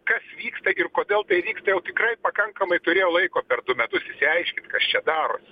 kas vyksta ir kodėl tai vyksta jau tikrai pakankamai turėjo laiko per du metus išsiaiškint kas čia daros